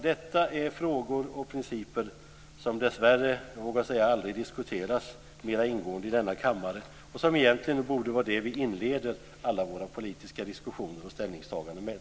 Detta är frågor och principer som dessvärre, jag vågar säga aldrig diskuteras mer ingående i denna kammare, men som egentligen borde vara det vi inleder alla våra politiska diskussioner och ställningstaganden med.